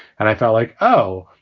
and i felt like, oh,